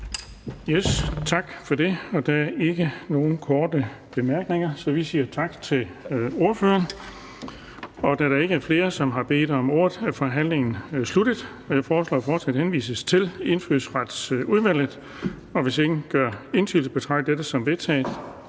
Tak for det. Der er ikke nogen korte bemærkninger, så vi siger tak til ordføreren. Da der ikke er flere, som har bedt om ordet, er forhandlingen sluttet. Jeg foreslår, at forslaget henvises til Indfødsretsudvalget, og hvis ingen gør indsigelse, betragter jeg det som vedtaget.